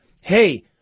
Hey